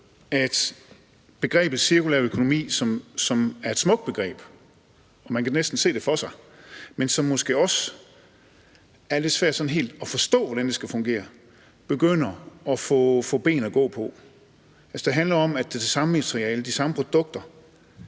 at begrebet cirkulær økonomi – som er smukt i dag, man kan næsten se det for sig, men måske er det også sådan lidt svært at forstå, hvordan det skal fungere – begynder at få ben at gå på. Det handler jo om, at det er de samme produkter